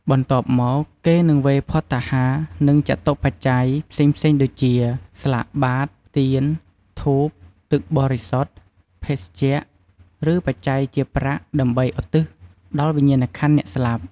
បន្ទាប់មក គេនឹង វេរភត្តាហារ និងចតុប្បច្ច័យ ផ្សេងៗដូចជា ស្លាកបាត្រ ទៀន ធូប ទឹកបរិសុទ្ធ ភេសជ្ជៈ ឬ បច្ច័យជាប្រាក់ ដើម្បីឧទ្ទិសដល់វិញ្ញាណក្ខន្ធអ្នកស្លាប់។